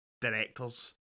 directors